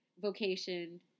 vocation